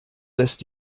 lässt